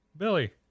Billy